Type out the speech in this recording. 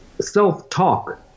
self-talk